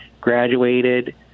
graduated